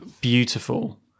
beautiful